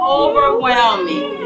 overwhelming